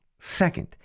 Second